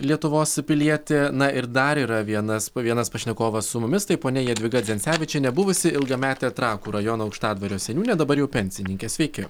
lietuvos pilietė na ir dar yra vienas vienas pašnekovas su mumis tai ponia jadvyga dzencevičienė buvusi ilgametė trakų rajono aukštadvario seniūnė dabar jau pensininkė sveiki